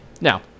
Now